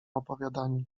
opowiadaniu